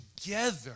together